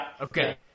Okay